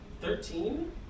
Thirteen